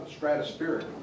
stratospheric